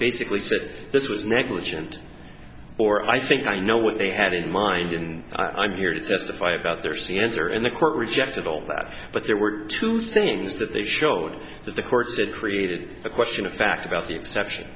basically said this was negligent or i think i know what they had in mind and i'm here to testify about their stance or in the court rejected all that but there were two things that they showed that the courts had created a question of fact about the exception